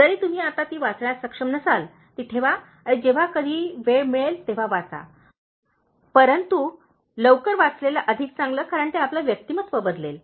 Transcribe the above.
जरीतुम्ही आता ती वाचण्यास सक्षम नसाल ती ठेवा आणि जेव्हा कधी वेळ मिळेल तेव्हा वाचा परंतु लवकर वाचलेले अधिक चांगले कारण ते आपले व्यक्तिमत्त्व बदलेल